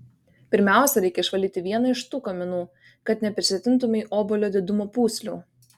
pirmiausia reikia išvalyti vieną iš tų kaminų kad neprisitrintumei obuolio didumo pūslių